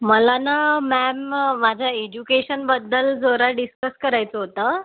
मला ना मॅम माझ्या एजुकेशनबद्दल जरा डिस्कस करायचं होतं